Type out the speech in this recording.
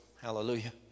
Hallelujah